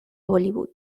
bollywood